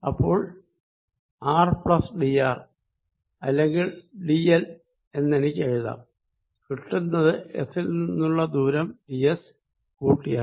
അപ്പോൾ R plus D R അല്ലെങ്കിൽ D L എന്നെനിക്കെഴുതാം കിട്ടുന്നത് എസ് ൽ നിന്നും ദൂരം ഡി എസ് കൂട്ടിയാണ്